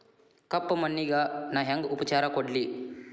ಕಪ್ಪ ಮಣ್ಣಿಗ ನಾ ಹೆಂಗ್ ಉಪಚಾರ ಕೊಡ್ಲಿ?